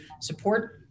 support